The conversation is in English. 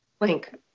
Link